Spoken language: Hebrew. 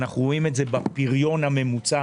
אנחנו רואים את זה בפריון הממוצע.